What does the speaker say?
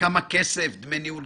כמה כסף, כמה דמי ניהול